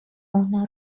اونا